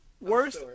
worst